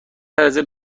درجه